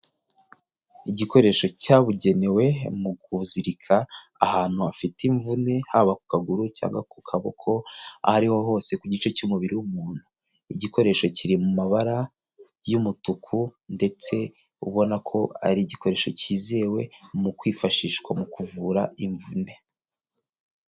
Igikoresho cyabugenewe mu kuzirika ahantu hafite imvune, haba ku kaguru cyangwa ku kaboko, aho ari ho hose ku gice cy'umubiri w'umuntu, igikoresho kiri mu mabara y'umutuku ndetse ubona ko ari igikoresho cyizewe mu kwifashishwa mu kuvura imvune.